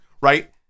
Right